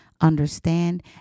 understand